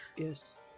Yes